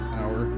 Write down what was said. hour